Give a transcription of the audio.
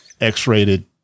x-rated